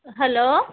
hello